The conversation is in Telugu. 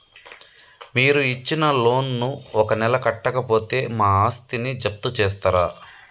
మీరు ఇచ్చిన లోన్ ను ఒక నెల కట్టకపోతే మా ఆస్తిని జప్తు చేస్తరా?